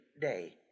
day